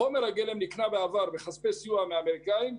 חומר הגלם נקנה בעבר בכספי סיוע מהאמריקאים,